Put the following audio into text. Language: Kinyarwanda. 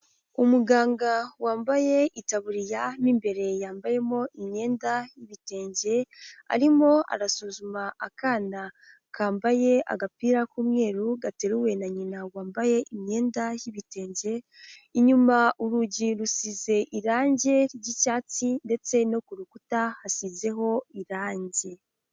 Umuganga wambaye itaburiya mu imbere yambayemo imyenda y'ibitenge, arimo arasuzuma akana kambaye agapira k'umweru gateruwe na nyina wambaye imyenda y'ibitenge, inyuma urugi rusize irange ry'icyatsi ndetse no ku rukuta hasizeho irange.